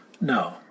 No